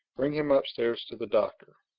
bring him upstairs to the doctor.